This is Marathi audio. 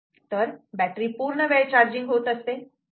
तर बॅटरी पूर्ण वेळ चार्जिंग होत असते